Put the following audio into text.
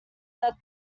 that